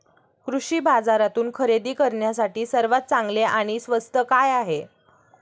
कृषी बाजारातून खरेदी करण्यासाठी सर्वात चांगले आणि स्वस्त काय आहे?